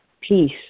peace